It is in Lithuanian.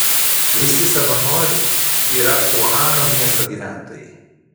visi savanoriai yra uhano miesto gyventojai